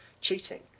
cheating